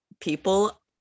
people